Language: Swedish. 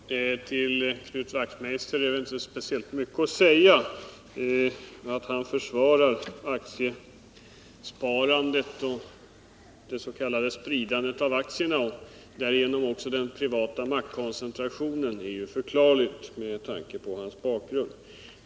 Herr talman! Till Knut Wachtmeister är det inte speciellt mycket att säga. Att han försvarar aktiesparandet och det s.k. spridandet av aktierna och därigenom också den privata maktkoncentrationen är ju förklarligt med tanke på hans bakgrund.